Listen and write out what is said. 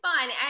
fun